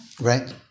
Right